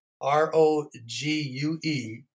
R-O-G-U-E